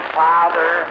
father